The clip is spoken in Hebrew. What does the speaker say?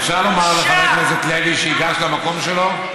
ראשית, אפשר לומר לחבר הכנסת לוי שייגש למקום שלו?